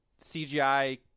CGI